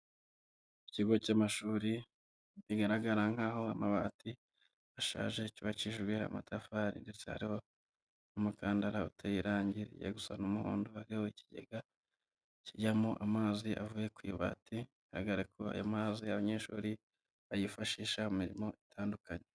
Ikigo cy'amashuri kigaragara nkaho amabati ashaje cyubakijwe amatafari ndetse hariho n'umukandara uteye irange rijya gusa n'umuhondo, hariho n'ikigega kijyamo amazi avuye ku ibati bigaragara ko ayo mazi abanyeshuri bayifashisha mu mirimo itandukanye.